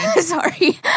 Sorry